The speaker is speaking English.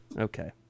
Okay